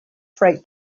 freight